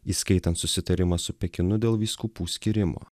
įskaitant susitarimą su pekinu dėl vyskupų skyrimo